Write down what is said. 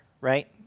right